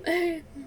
eh